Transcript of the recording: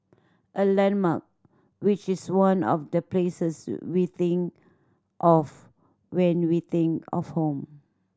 a landmark which is one of the places we think of when we think of home